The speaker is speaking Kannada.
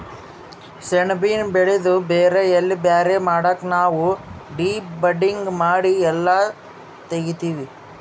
ಸೆಣಬಿನ್ ಬೆಳಿದು ಬೇರ್ ಎಲಿ ಬ್ಯಾರೆ ಮಾಡಕ್ ನಾವ್ ಡಿ ಬಡ್ಡಿಂಗ್ ಮಾಡಿ ಎಲ್ಲಾ ತೆಗಿತ್ತೀವಿ